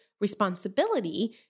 responsibility